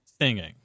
singing